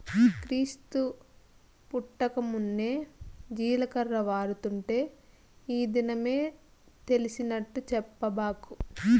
క్రీస్తు పుట్టకమున్నే జీలకర్ర వాడుతుంటే ఈ దినమే తెలిసినట్టు చెప్పబాకు